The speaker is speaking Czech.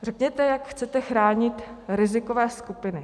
Řekněte, jak chcete chránit rizikové skupiny.